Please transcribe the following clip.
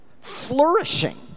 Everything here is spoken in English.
flourishing